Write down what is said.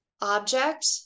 object